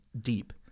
deep